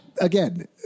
again